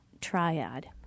triad